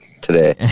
today